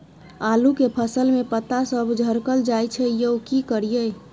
आलू के फसल में पता सब झरकल जाय छै यो की करियैई?